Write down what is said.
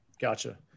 Gotcha